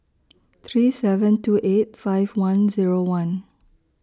three seven two eight five one Zero one